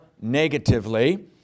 negatively